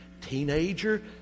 teenager